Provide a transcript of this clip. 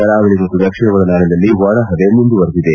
ಕರಾವಳ ಮತ್ತು ದಕ್ಷಿಣ ಒಳನಾಡಿನಲ್ಲಿ ಒಣಹವೆ ಮುಂದುವರಿದಿದೆ